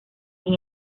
sin